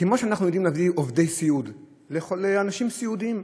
כמו שאנחנו יודעים להביא עובדי סיעוד לאנשים סיעודיים,